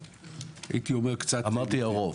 הייתי אומר קצת -- אמרתי הרוב.